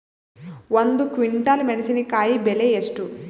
ಒಂದು ಕ್ವಿಂಟಾಲ್ ಮೆಣಸಿನಕಾಯಿ ಬೆಲೆ ಎಷ್ಟು?